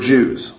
Jews